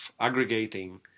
aggregating